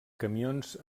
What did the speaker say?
camions